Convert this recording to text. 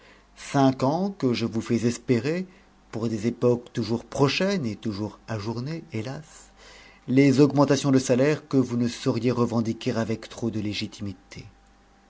cinq ans que je vous fais espérer pour des époques toujours prochaines et toujours ajournées hélas les augmentations de salaires que vous ne sauriez revendiquer avec trop de légitimité